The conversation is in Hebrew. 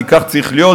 כי כך צריך להיות,